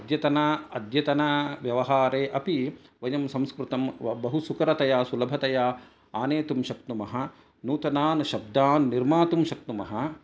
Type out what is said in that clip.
अद्यतन अद्यतन व्यवहारे अपि वयं संस्कृतं बहु सुकरतया सुलभतया आनेतुं शक्नुमः नूतनान् शब्दान् निर्मातुं शक्नुमः